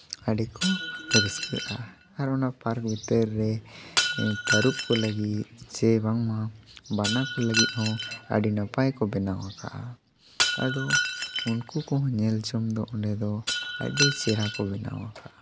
ᱟᱹᱰᱤ ᱠᱚ ᱨᱟᱹᱥᱠᱟᱹᱜᱼᱟ ᱟᱨ ᱚᱱᱟ ᱯᱟᱨᱠ ᱵᱷᱤᱛᱤᱨ ᱨᱮ ᱛᱟᱹᱨᱩᱵ ᱠᱚ ᱞᱟᱹᱜᱤᱫ ᱪᱮ ᱵᱟᱝᱢᱟ ᱵᱟᱱᱟ ᱠᱚ ᱞᱟᱹᱜᱤᱫ ᱦᱚᱸ ᱟᱹᱰᱤ ᱱᱟᱯᱟᱭ ᱠᱚ ᱵᱮᱱᱟᱣ ᱟᱠᱟᱜᱼᱟ ᱟᱫᱚ ᱩᱱᱠᱩ ᱠᱚ ᱦᱚᱸ ᱧᱮᱞ ᱧᱚᱜ ᱫᱚ ᱚᱸᱰᱮ ᱫᱚ ᱟᱹᱰᱤ ᱪᱮᱦᱨᱟ ᱠᱚ ᱵᱮᱱᱟᱣ ᱠᱟᱜᱼᱟ